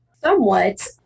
somewhat